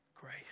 grace